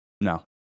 No